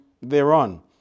thereon